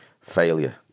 failure